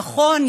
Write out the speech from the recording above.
נכון,